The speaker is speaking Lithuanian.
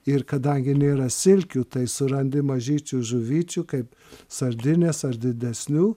ir kadangi nėra silkių tai surandi mažyčių žuvyčių kaip sardinės ar didesnių